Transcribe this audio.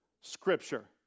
Scripture